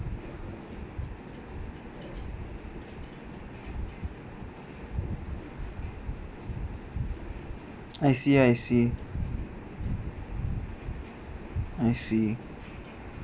I see I see I see